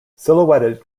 silhouetted